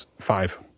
five